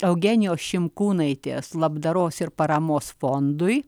eugenijos šimkūnaitės labdaros ir paramos fondui